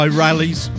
rallies